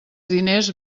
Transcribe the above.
diners